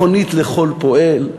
מכונית לכל פועל,